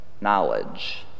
knowledge